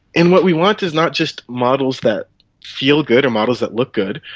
and what we want is not just models that feel good or models that look good,